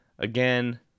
Again